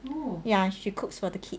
ya she cooks for the kid